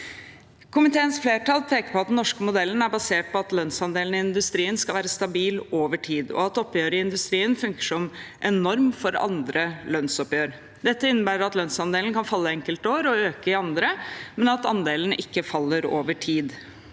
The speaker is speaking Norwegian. Komiteens flertall peker på at den norske modellen er basert på at lønnsandelen i industrien skal være stabil over tid, og at oppgjøret i industrien funker som en norm for andre lønnsoppgjør. Dette innebærer at lønnsandelen kan falle enkelte år og øke i andre, men at andelen ikke faller over tid.